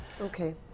Okay